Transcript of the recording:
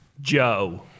joe